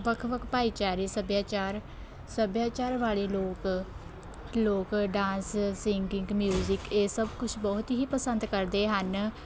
ਵੱਖ ਵੱਖ ਭਾਈਚਾਰੇ ਸੱਭਿਆਚਾਰ ਸੱਭਿਆਚਾਰ ਵਾਲੇ ਲੋਕ ਲੋਕ ਡਾਂਸ ਸਿੰਗਿੰਗ ਮਿਊਜ਼ਿਕ ਇਹ ਸਭ ਕੁਛ ਬਹੁਤ ਹੀ ਪਸੰਦ ਕਰਦੇ ਹਨ